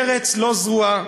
בארץ לא זרועה,